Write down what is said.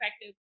effective